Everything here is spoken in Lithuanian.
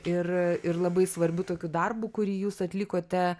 ir ir labai svarbiu tokiu darbu kurį jūs atlikote